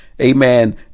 Amen